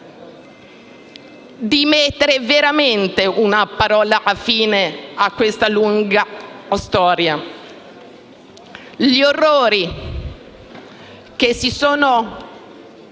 di mettere veramente la parola fine a questa lunga storia. Gli orrori perpetuati